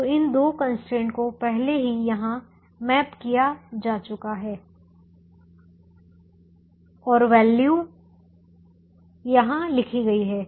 तो इन दो कंस्ट्रेंट को पहले ही यहां मैप किया जा चुका है और वैल्यू यहां लिखी गई हैं